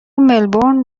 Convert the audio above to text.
ملبورن